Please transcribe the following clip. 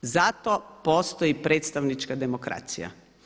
Zato postoji predstavnička demokracija.